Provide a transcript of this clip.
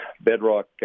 bedrock